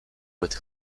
with